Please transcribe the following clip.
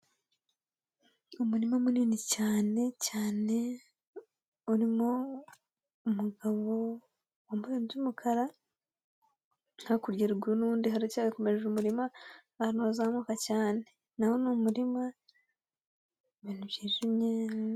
Umurima munini cyane cyane, urimo umugabo wambaye ibintu by'umukara, hakurya ruguru n'ubundi haracyakomeje umurima ahantu hazamuka cyane. Naho ni umurima ibintu byijimye.